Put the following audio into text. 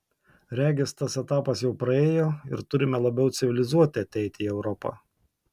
regis tas etapas jau praėjo ir turime labiau civilizuoti ateiti į europą